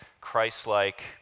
Christ-like